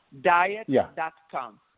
Diet.com